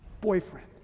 boyfriend